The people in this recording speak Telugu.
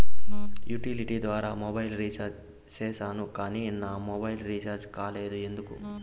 యుటిలిటీ ద్వారా మొబైల్ రీచార్జి సేసాను కానీ నా మొబైల్ రీచార్జి కాలేదు ఎందుకు?